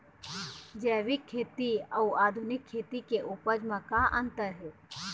जैविक खेती अउ आधुनिक खेती के उपज म का अंतर हे?